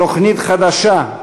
תוכנית חדשה,